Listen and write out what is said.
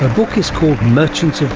book is called merchants it's